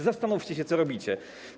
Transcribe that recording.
Zastanówcie się, co robicie.